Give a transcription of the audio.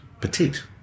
petite